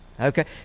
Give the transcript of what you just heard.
Okay